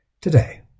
today